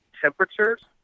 temperatures